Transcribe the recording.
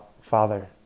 Father